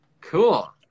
Cool